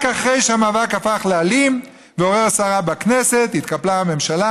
רק אחרי שהמאבק הפך לאלים ועורר סערה בכנסת התקפלה הממשלה,